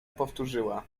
powtórzyła